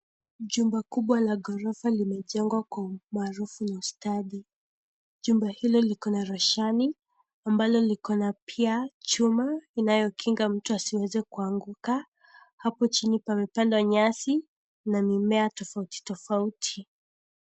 Jumba kubwa la ghorofa limejengwa kwa umaarufu na ustadi. Jumba hilo liko na rashani ambalo liko na pia chuma, inayo kinga mtu asiweze kuanguka. Hapo chini pamepandwa nyasi na mimea tofauti tofauti.